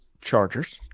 Chargers